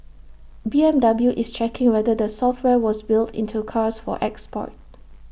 B M W is checking whether the software was built into cars for export